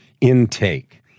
intake